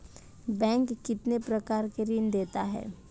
Bank कितने प्रकार के ऋण देता है?